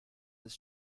this